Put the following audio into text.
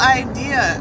idea